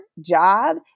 job